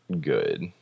good